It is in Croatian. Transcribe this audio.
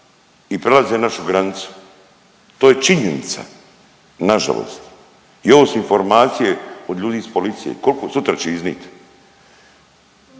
i prelaze našu granicu, to je činjenica nažalost i ovo su informacije od ljudi iz policije, kolko, sutra će iznit.